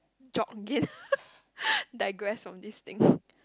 jog again digress from this thing